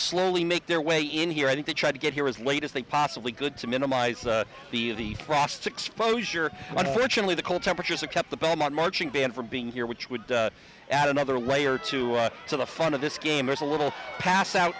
slowly make their way in here i think they tried to get here as late as they possibly could to minimize the of the frost exposure unfortunately the cold temperatures are kept the bad not marching band for being here which would add another layer to our to the fun of this game is a little pass out